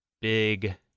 big